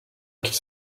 qu’ils